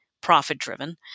profit-driven